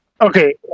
okay